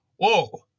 Whoa